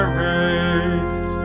race